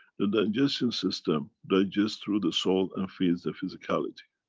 the digestion system digests through the soul and feeds the physicality.